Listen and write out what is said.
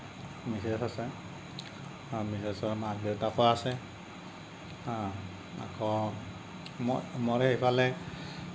Mrs আছে আৰু মিছেচৰ মাক দেউতাকো আছে আকৌ মোৰ মোৰ এইফালে